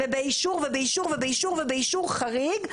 ובאישור ובאישור חריג,